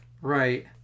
Right